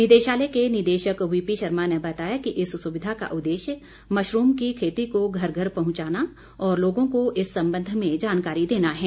निदेशालय के निदेशक वीपी शर्मा ने बताया कि इस सुविधा का उद्देश्य मशरूम की खेती को घर घर पहुंचाना और लोगों को इस संबंध में जानकारी देना है